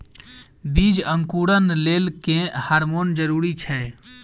बीज अंकुरण लेल केँ हार्मोन जरूरी छै?